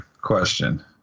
question